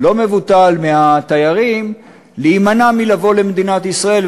לא מבוטל מהתיירים להימנע מלבוא למדינת ישראל.